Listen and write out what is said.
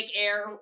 air